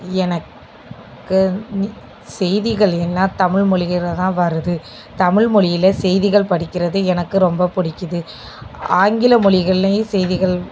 எனக்கு செய்திகள் எல்லாம் தமிழ் மொழியில் தான் வருது தமிழ் மொழியில் செய்திகள் படிக்கிறது எனக்கு ரொம்ப பிடிக்குது ஆங்கில மொழிகள்லேயும் செய்திகள்